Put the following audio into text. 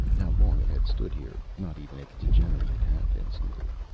how long it had stood here, not even its degenerate inhabitants knew.